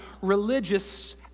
religious